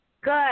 Good